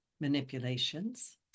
Manipulations